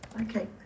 Okay